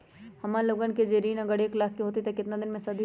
हमन लोगन के जे ऋन अगर एक लाख के होई त केतना दिन मे सधी?